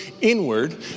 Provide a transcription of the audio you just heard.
inward